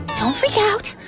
don't freak out.